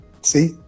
see